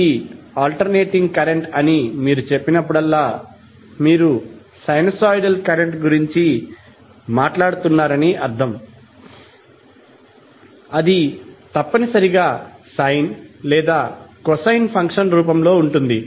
ఇది alternating current అని మీరు చెప్పినప్పుడల్లా మీరు సైనూసోయిడల్ కరెంట్ గురించి మాట్లాడుతున్నారని అర్థం అది తప్పనిసరిగా సైన్ లేదా కొసైన్ ఫంక్షన్ రూపంలో ఉంటుంది